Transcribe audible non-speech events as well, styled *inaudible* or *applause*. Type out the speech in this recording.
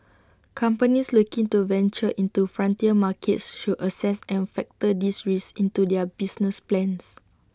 *noise* companies looking to venture into frontier markets should assess and factor these risks into their business plans